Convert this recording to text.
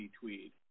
Tweed